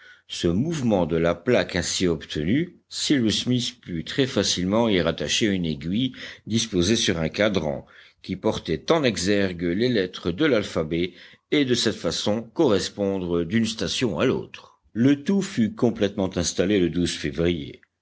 ce mouvement de la plaque ainsi obtenu cyrus smith put très facilement y rattacher une aiguille disposée sur un cadran qui portait en exergue les lettres de l'alphabet et de cette façon correspondre d'une station à l'autre le tout fut complètement installé le février